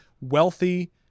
wealthy